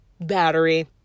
battery